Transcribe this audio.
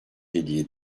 hediye